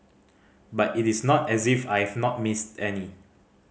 but it is not as if I have not missed any